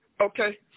Okay